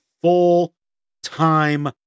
full-time